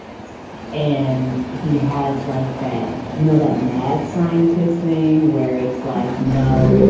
yes. and he has like that, you know, that mad scientist thing where it's like, you know,